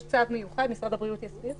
יש צו מיוחד, משרד הבריאות הסמיך.